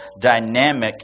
dynamic